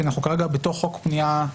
כי אנחנו כרגע בתוך חוק פנייה דיגיטלית.